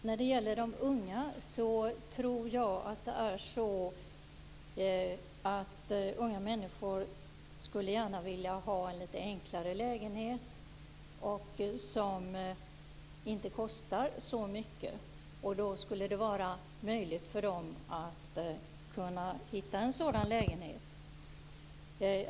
Fru talman! Jag tror att unga människor gärna skulle vilja ha en litet enklare lägenhet som inte kostar så mycket. Det borde vara möjligt för dem att kunna hitta en sådan lägenhet.